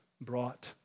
brought